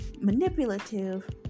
manipulative